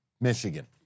Michigan